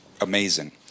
amazing